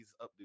updo